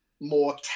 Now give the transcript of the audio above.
more